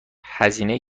هزینه